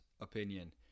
opinion